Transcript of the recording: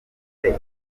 bwite